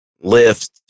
Lift